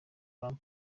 donald